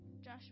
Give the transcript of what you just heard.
Josh